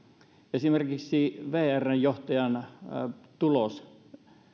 esimerkiksi vrn johtajan tulos